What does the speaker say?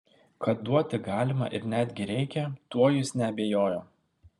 kad duoti galima ir netgi reikia tuo jis neabejojo